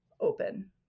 open